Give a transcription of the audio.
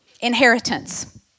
inheritance